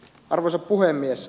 arvoisa puhemies